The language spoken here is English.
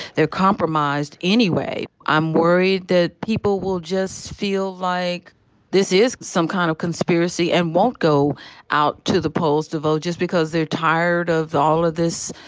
they're compromised anyway. i'm worried that people will just feel like this is some kind of conspiracy and won't go out to the polls to vote just because they're tired of all of this